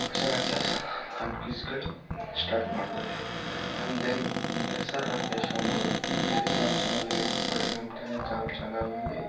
question answers and ಕ್ವಿಜ್ಗಳು start ಮಾಡ್ತಾರೆ and then S R Rakesh ಎಂಬವರು ಟೆಲಿಗ್ರಾಮ್ ಚಾನಲ್ ವಿವೇಕ್ ಇನ್ಫೋಟೆಕ್ ಎಂಬ ಚಾನಲ್ನಲ್ಲಿ